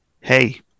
hey